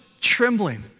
trembling